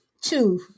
two